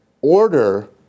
order